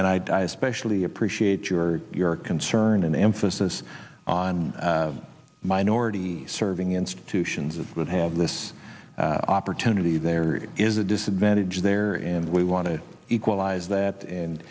and i especially appreciate your your concern and emphasis on minority serving institutions that have this opportunity there is a disadvantage there and we want to equalize that and